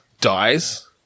dies